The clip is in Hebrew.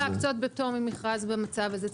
אז אנחנו לא מוכנים להקצות בפטור ממכרז במצב הזה.